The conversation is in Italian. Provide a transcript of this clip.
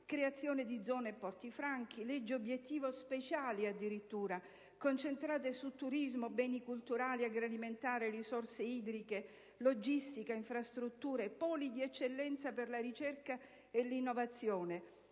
creazione di zone e porti franchi, addirittura leggi-obiettivo speciali, concentrate sul turismo, beni culturali, agroalimentare, risorse idriche, logistiche, infrastrutture, poli di eccellenza per la ricerca e l'innovazione,